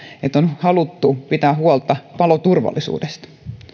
että on haluttu pitää huolta paloturvallisuudesta